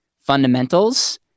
fundamentals